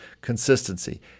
consistency